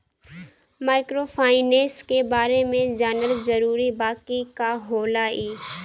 Microfinance के बारे में जानल जरूरी बा की का होला ई?